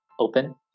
open